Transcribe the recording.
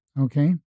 okay